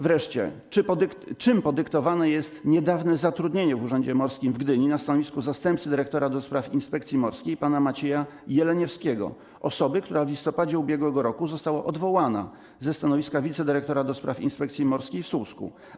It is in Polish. Wreszcie: Czym podyktowane jest niedawne zatrudnienie w Urzędzie Morskim w Gdyni na stanowisku zastępcy dyrektora do spraw inspekcji morskiej pana Macieja Jeleniewskiego, osoby, która w listopadzie ub.r. została odwołana ze stanowiska wicedyrektora do spraw inspekcji morskiej w Słupsku?